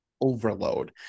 overload